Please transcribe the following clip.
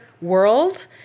world